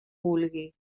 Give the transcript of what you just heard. vulgui